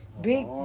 big